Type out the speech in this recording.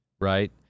right